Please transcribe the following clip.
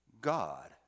God